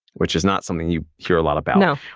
which is not something you hear a lot about. now,